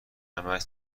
همش